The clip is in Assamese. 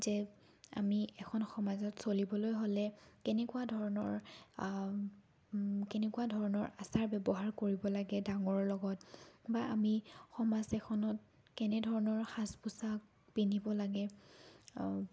যে আমি এখন সমাজত চলিবলৈ হ'লে কেনেকুৱা ধৰণৰ কেনেকুৱা ধৰণৰ আচাৰ ব্যৱহাৰ কৰিব লাগে ডাঙৰৰ লগত বা আমি সমাজ এখনত কেনেধৰণৰ সাজ পোচাক পিন্ধিব লাগে